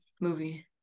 movie